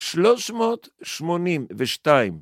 ‫382.